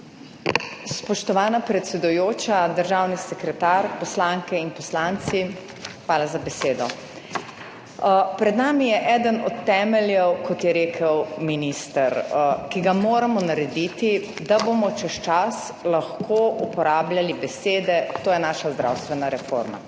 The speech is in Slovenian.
Spoštovana predsedujoča, državni sekretar, poslanke in poslanci! Hvala za besedo. Pred nami je eden od temeljev, kot je rekel minister, ki ga moramo narediti, da bomo čez čas lahko uporabljali besede, to je naša zdravstvena reforma.